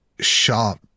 sharp